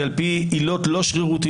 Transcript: הן על פי עילות לא שרירותיות,